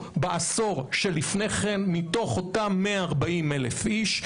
בעשור שלפני כן, מתוך אותם 140 אלף איש.